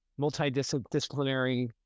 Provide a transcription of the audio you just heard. multidisciplinary